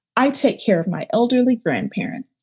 i take care of my elderly grandparents.